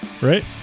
right